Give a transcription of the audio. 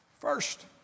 first